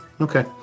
Okay